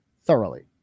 thoroughly